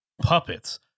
puppets